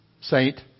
saint